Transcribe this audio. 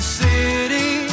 city